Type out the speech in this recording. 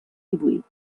divuit